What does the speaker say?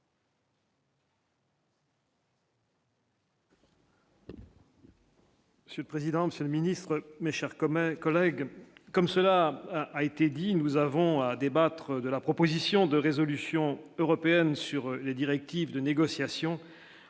Monsieur le président, Monsieur le ministre, mais cher comme un collègue, comme cela a été dit, nous avons à débattre de la proposition de résolution européenne sur les directives de négociations